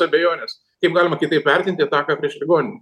abejonės kaip galima kitaip vertinti ataką prieš ligoninę